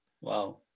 Wow